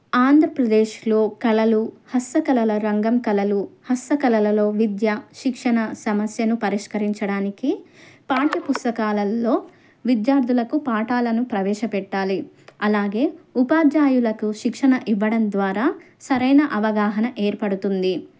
ఆంధ్రప్రదేశ్లో కళలు హస్త కళల రంగం కళలు హస్త కళలలో విద్య శిక్షణ సమస్యను పరిష్కరించడానికి పాఠ్య పుస్తకాలల్లో విద్యార్థులకు పాఠాలను ప్రవేశపెట్టాలి అలాగే ఉపాధ్యాయులకు శిక్షణ ఇవ్వడం ద్వారా సరైన అవగాహన ఏర్పడుతుంది